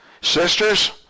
Sisters